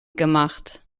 gemacht